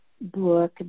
book